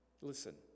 Listen